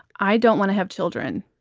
i don't want to have children,